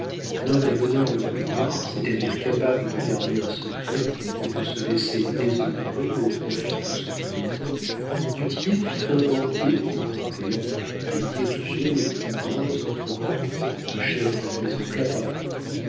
plein de l'honneur le plus rare c'est-à-dire capable de garder un secret et de se laisser déshonorer au profit de son commettant du tillet fit un banquier qui montait et dirigeait les plus grandes entreprises le chef de la maison